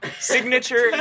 signature